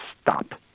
stop